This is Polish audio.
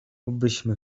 obyśmy